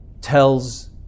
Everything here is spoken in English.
tells